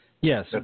Yes